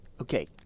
okay